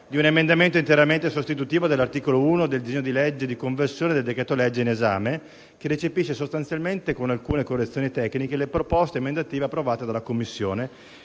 di un emendamento interamente sostitutivo dell'articolo 1 del disegno di legge di conversione del decreto-legge in esame, che recepisce sostanzialmente, con alcune correzioni tecniche, le proposte emendative approvate dalla Commissione,